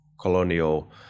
colonial